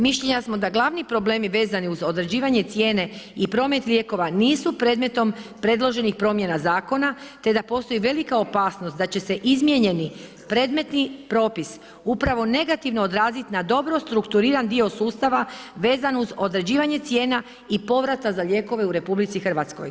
Mišljenja smo da glavni problemi vezani uz određivanje cijene i promet lijekova nisu predmetom predloženih promjena zakona te da postoji velika opasnost da će se izmijenjeni predmetni propis upravo negativno odraziti na dobro strukturiran dio sustava vezan uz određivanje cijena i povrata za lijekove u Republici Hrvatskoj.